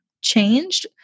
changed